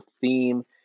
theme